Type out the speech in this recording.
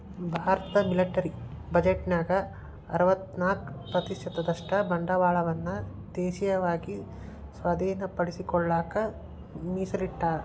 ಭಾರತದ ಮಿಲಿಟರಿ ಬಜೆಟ್ನ್ಯಾಗ ಅರವತ್ತ್ನಾಕ ಪ್ರತಿಶತದಷ್ಟ ಬಂಡವಾಳವನ್ನ ದೇಶೇಯವಾಗಿ ಸ್ವಾಧೇನಪಡಿಸಿಕೊಳ್ಳಕ ಮೇಸಲಿಟ್ಟರ